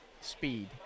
speed